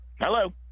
hello